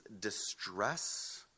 distress